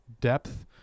depth